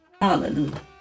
Hallelujah